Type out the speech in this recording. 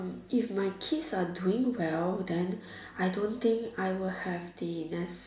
if my kids are doing well then I don't think I will have the nec~